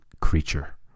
Creature